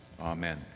Amen